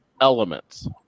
elements